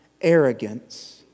arrogance